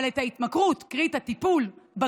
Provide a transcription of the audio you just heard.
אבל את ההתמכרות, קרי, את הטיפול בגמילה,